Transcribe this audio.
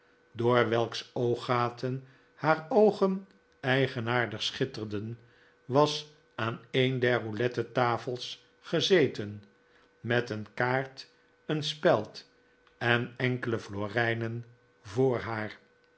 door welks ooggaten haar oogen eigenaardig schitterden was aan een der roulette tafels gezeten met een kaart een speld en enkele florijnen voor haar